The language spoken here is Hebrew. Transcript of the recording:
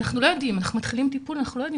אנחנו לא יודעים אנחנו מתחילים טיפול ואנחנו לא יודעים,